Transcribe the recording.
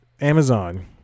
Amazon